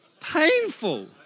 Painful